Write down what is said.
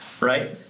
Right